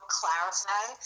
clarify